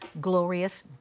glorious